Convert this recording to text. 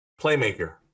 playmaker